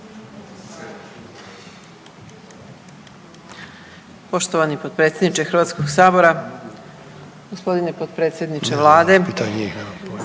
Poštovani potpredsjedniče sabora, poštovani potpredsjedniče vlade,